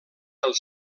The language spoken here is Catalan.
del